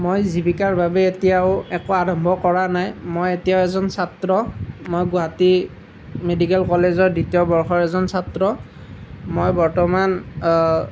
মই জীৱিকাৰ বাবে এতিয়াও একো আৰম্ভ কৰা নাই মই এতিয়াও এজন ছাত্ৰ মই গুৱাহাটী মেডিকেল কলেজৰ দ্বিতীয় বৰ্ষৰ এজন ছাত্ৰ মই বৰ্তমান